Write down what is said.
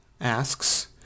asks